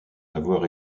avoir